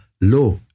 law